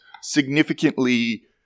significantly